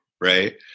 Right